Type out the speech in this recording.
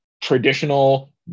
traditional